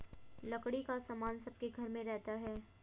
लकड़ी का सामान सबके घर में रहता है